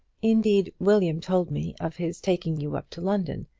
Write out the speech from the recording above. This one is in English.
indeed, william told me of his taking you up to london.